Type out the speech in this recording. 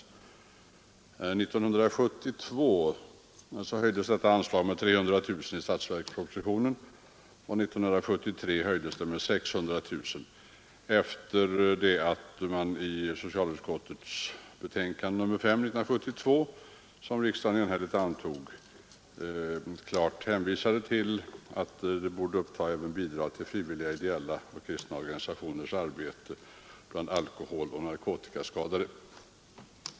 År 1972 höjdes detta anslag med 300 000 kronor i statsverkspropositionen, och år 1973 höjdes det med 600 000 kronor efter det att man i socialutskottets betänkande nr 5 1972, som riksdagen enhälligt antog, klart hade hänvisat till att anslaget borde uppta även bidrag till frivilliga ideella och kristna organisationers arbete bland alkoholoch narkotikaskadade.